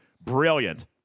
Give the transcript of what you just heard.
brilliant